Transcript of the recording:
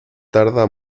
tarda